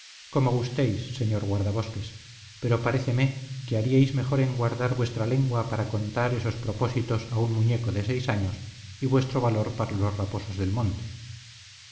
como gustéis señor guardabosques pero paréceme que haríais mejor en guardar vuestra lengua para contar esos propósitos a un muñeco de seis años y vuestro valor para los raposos del monte